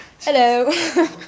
Hello